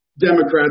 Democrats